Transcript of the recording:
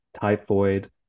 typhoid